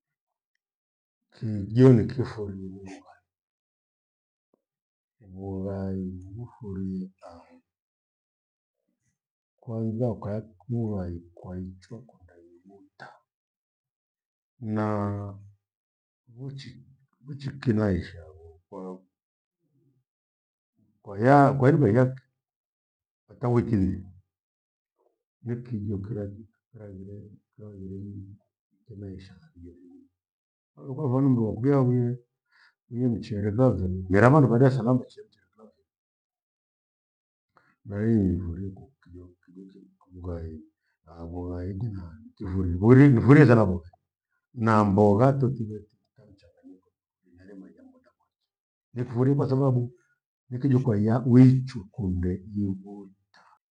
Kijo nikifurie ni vughai. Vughai niufurie thanu. Kwanza ukayak- vughai kwaichwa kuandaa ighuta. Naaaa vuchi, vuchi- kinaishagho kwao, kwa- yaa kwairima iyaki hata wiki dhima. Ni kijo kirathi kiraghire- kiraghire ihi kenaisha napiga vilui. Kwale kwa vandu mndu wakwiaa vilee- vile mchere ghatholi gharama nipatie salamu wachemche kila mwiri. Mbari niifurie kukokijo kijo- che komghai avonwa iki na ntifurie. Mburi nifurie sana vughai na mbogha totiwetu mchanganyiko niyale majambo damwacha nifurie kwathababu nikijo kwaiya uichwe kunde ivuta.